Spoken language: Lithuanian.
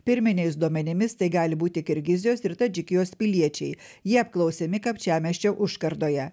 pirminiais duomenimis tai gali būti kirgizijos ir tadžikijos piliečiai jie apklausiami kapčiamiesčio užkardoje